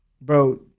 bro